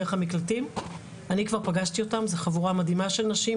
זו חבורה מדהימה של נשים.